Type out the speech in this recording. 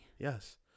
Yes